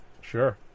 Sure